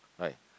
right